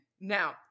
Now